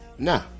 Nah